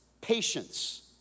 patience